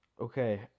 Okay